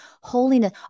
holiness